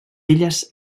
illes